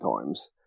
times